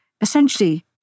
essentially